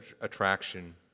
attraction